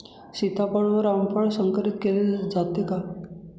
सीताफळ व रामफळ संकरित केले जाते का?